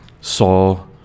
saw